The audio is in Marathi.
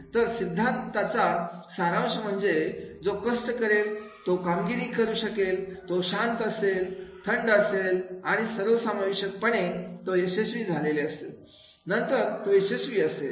तर सिद्धांताचा सारांश म्हणजे जो कष्ट करेल तो कामगिरी करू शकेल तो शांत असेल थंड असेल आणि सर्वसमावेशक पणे ते यशस्वी झालेले असतील आणि नंतर तो यशस्वी असेल